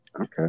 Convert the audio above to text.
Okay